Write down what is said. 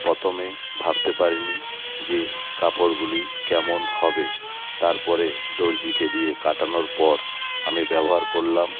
প্রথমে ভাবতে পারি নি যে কাপড়গুলি কেমন হবে তারপরে দর্জিকে দিয়ে কাটানোর পর আমি ব্যবহার করলাম